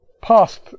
past